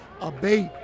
abate